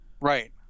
Right